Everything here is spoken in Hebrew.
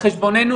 על חשבוננו,